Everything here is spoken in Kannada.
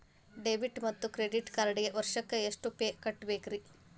ಡೆಬಿಟ್ ಮತ್ತು ಕ್ರೆಡಿಟ್ ಕಾರ್ಡ್ಗೆ ವರ್ಷಕ್ಕ ಎಷ್ಟ ಫೇ ಕಟ್ಟಬೇಕ್ರಿ?